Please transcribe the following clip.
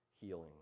healing